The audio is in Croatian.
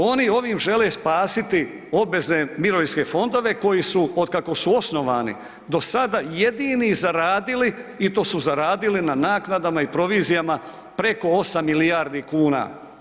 Oni ovim žele spasiti obvezen mirovinske fondove koji su od kako su osnovani do sada jedini zaradili i to su zaradili na naknadama i provizijama preko 8 milijardi kuna.